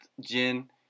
Jin